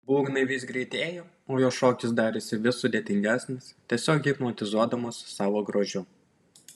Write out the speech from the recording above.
būgnai vis greitėjo o jo šokis darėsi vis sudėtingesnis tiesiog hipnotizuodamas savo grožiu